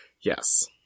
Yes